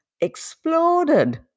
exploded